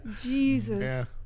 Jesus